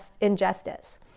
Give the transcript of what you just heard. injustice